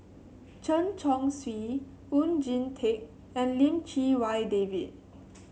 Chen Chong Swee Oon Jin Teik and Lim Chee Wai David